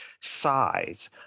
size